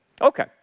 Okay